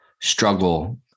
struggle